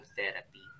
therapy